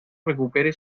recupere